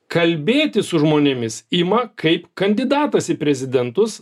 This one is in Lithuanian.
kalbėti su žmonėmis ima kaip kandidatas į prezidentus